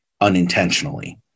unintentionally